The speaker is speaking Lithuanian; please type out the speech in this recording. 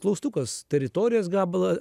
klaustukas teritorijos gabalą